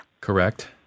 Correct